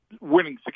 winning